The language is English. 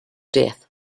death